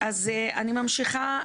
אני ממשיכה.